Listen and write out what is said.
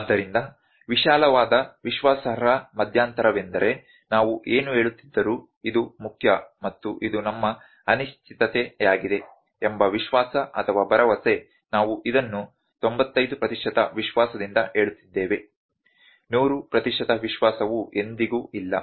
ಆದ್ದರಿಂದ ವಿಶಾಲವಾದ ವಿಶ್ವಾಸಾರ್ಹ ಮಧ್ಯಂತರವೆಂದರೆ ನಾವು ಏನು ಹೇಳುತ್ತಿದ್ದರೂ ಇದು ಮುಖ್ಯ ಮತ್ತು ಇದು ನಮ್ಮ ಅನಿಶ್ಚಿತತೆಯಾಗಿದೆ ಎಂಬ ವಿಶ್ವಾಸ ಅಥವಾ ಭರವಸೆ ನಾವು ಇದನ್ನು 95 ಪ್ರತಿಶತ ವಿಶ್ವಾಸದಿಂದ ಹೇಳುತ್ತಿದ್ದೇವೆ 100 ಪ್ರತಿಶತ ವಿಶ್ವಾಸವು ಎಂದಿಗೂ ಇಲ್ಲ